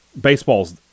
baseball's